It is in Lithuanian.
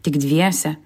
tik dviese